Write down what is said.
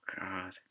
God